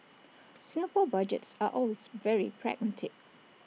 Singapore Budgets are always very pragmatic